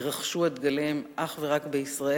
יירכשו הדגלים אך ורק בישראל.